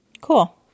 Cool